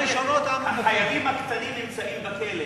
החיילים הקטנים נמצאים בכלא.